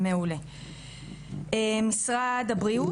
משרד הבריאות?